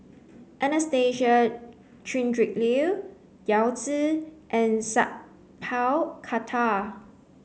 Anastasia Tjendri Liew Yao Zi and Sat Pal Khattar